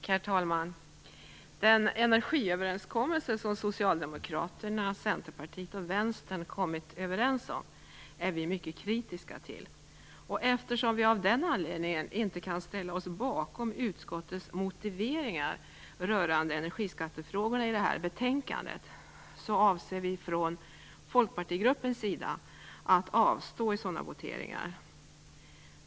Herr talman! Den energiöverenskommelse som Socialdemokraterna, Centerpartiet och Vänstern kommit överens om är vi mycket kritiska till. Eftersom vi av den anledningen inte kan ställa oss bakom utskottets motiveringar rörande energiskattefrågorna i detta betänkande avser vi från folkpartigruppens sida att avstå i sådana voteringar.